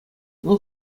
вӑл